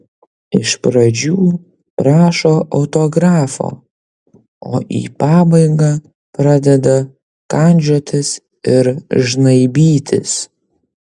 iš pradžių prašo autografo o į pabaigą pradeda kandžiotis ir žnaibytis